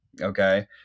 Okay